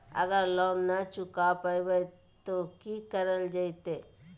अगर लोन न चुका पैबे तो की करल जयते?